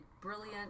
brilliant